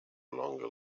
longer